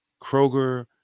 Kroger